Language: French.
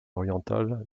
orientale